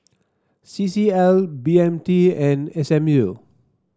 C C L B M T and S M U